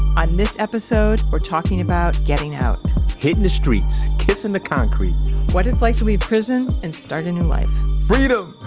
on this episode, we're talking about getting out hitting the streets. kissing the concrete what it's like to leave prison and start a new life freedom!